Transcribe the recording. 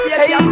hey